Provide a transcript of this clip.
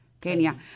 Kenya